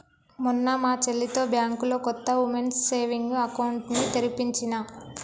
మొన్న మా చెల్లితో బ్యాంకులో కొత్త వుమెన్స్ సేవింగ్స్ అకౌంట్ ని తెరిపించినా